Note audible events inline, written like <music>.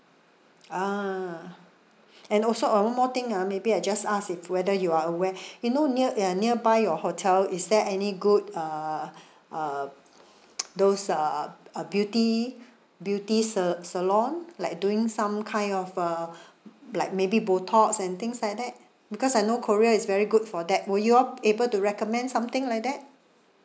ah and also ah one more thing ah maybe I just ask if whether you are aware <breath> you know near uh nearby your hotel is there any good uh <breath> uh <noise> those uh uh beauty beauty sa~ salon like doing some kind of a like maybe botox and things like that because I know korea is very good for that will you all able to recommend something like that